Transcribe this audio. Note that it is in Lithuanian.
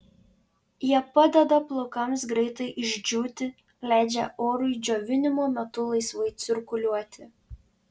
jie padeda plaukams greitai išdžiūti leidžia orui džiovinimo metu laisvai cirkuliuoti